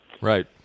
Right